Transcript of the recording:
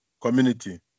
community